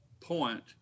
point